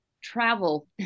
travel